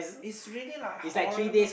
is really like horrible